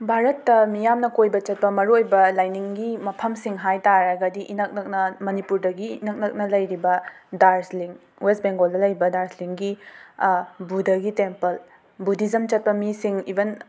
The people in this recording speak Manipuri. ꯚꯥꯔꯠꯇ ꯃꯤꯌꯥꯝꯅ ꯀꯣꯏꯕ ꯆꯠꯄ ꯃꯥꯔꯨ ꯑꯣꯏꯕ ꯂꯥꯏꯅꯤꯡꯒꯤ ꯃꯐꯝꯁꯤꯡ ꯍꯥꯏ ꯇꯥꯔꯒꯗꯤ ꯏꯅꯛ ꯅꯛꯅ ꯃꯥꯅꯤꯄꯨꯔꯗꯒꯤ ꯏꯅꯛ ꯅꯛꯅ ꯂꯩꯔꯤꯕ ꯗꯥꯔꯖ꯭ꯂꯤꯡ ꯋꯦꯁ ꯕꯦꯡꯒꯣꯜꯗ ꯂꯩꯕ ꯗꯥꯔꯖ꯭ꯂꯤꯡꯒꯤ ꯕꯨꯙꯥꯒꯤ ꯇꯦꯝꯄꯜ ꯕꯨꯙꯤꯖꯝ ꯆꯠꯄ ꯃꯤꯁꯤꯡ ꯏꯚꯟ